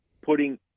putting